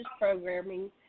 programming